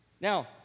Now